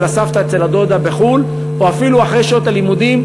אצל הסבתא או אצל הדודה בחו"ל או אפילו אחרי שעות הלימודים.